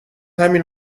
همین